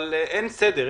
אבל אין סדר,